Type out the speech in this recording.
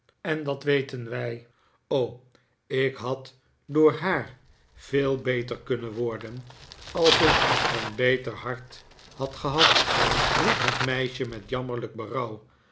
en dat weten wij ik had door haar veel beter kunnen worden als ik een beter hart had gehad riep het meisje met jammerlijk berouw